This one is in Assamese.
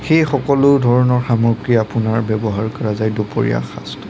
সেই সকলো ধৰণৰ সামগ্ৰী আপোনাৰ ব্যৱহাৰ কৰা যায় দুপৰীয়া সাঁজটোত